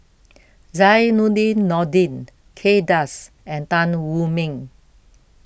Zainudin Nordin Kay Das and Tan Wu Meng